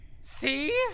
See